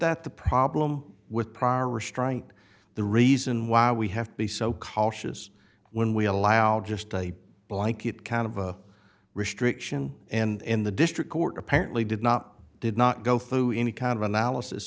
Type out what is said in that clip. that the problem with prior restraint the reason why we have to be so cautious when we allow just a blanket kind of a restriction and the district court apparently did not did not go through any kind of analysis